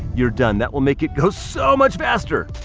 you're done. that will make it go so much faster.